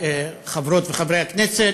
רבותי חברות וחברי הכנסת,